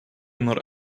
nor